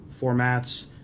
formats